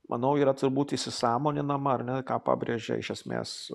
manau yra turbūt įsisąmoninama ar ne ką pabrėžia iš esmės